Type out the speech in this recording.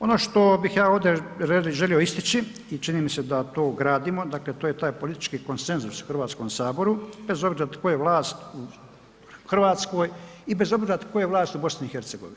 Ono što bih ja ovdje želio ističi i čini mi se da to gradimo, dakle to je taj politički konsenzus u Hrvatskom saboru bez obzira tko je vlast u Hrvatskoj i bez obzira tko je vlast u BiH.